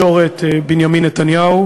סדר-היום: